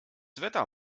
wetter